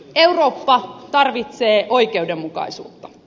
eurooppa tarvitsee oikeudenmukaisuutta